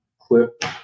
clip